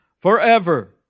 forever